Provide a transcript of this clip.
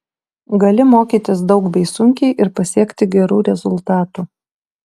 gali mokytis daug bei sunkiai ir pasiekti gerų rezultatų